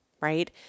right